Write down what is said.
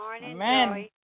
Amen